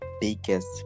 biggest